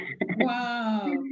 Wow